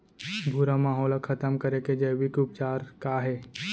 भूरा माहो ला खतम करे के जैविक उपचार का हे?